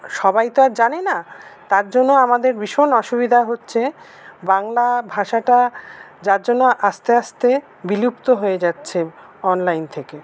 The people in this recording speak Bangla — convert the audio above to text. সবাই তো আর জানেনা তার জন্য আমাদের ভীষণ অসুবিধা হচ্ছে বাংলা ভাষাটা যার জন্য আসতে আসতে বিলুপ্ত হয়ে যাচ্ছে অনলাইন থেকে